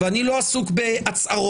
ואני לא עסוק בהצהרות.